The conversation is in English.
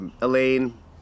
Elaine